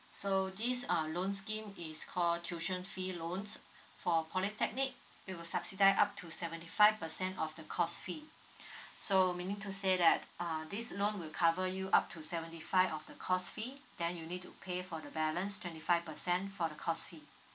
so this uh loan scheme is called tuition fee loan for polytechnic it will subsidise up to seventy five percent of the course fee so meaning to say that uh this loan will cover you up to seventy five of the course fee then you need to pay for the balance twenty five percent for the course fee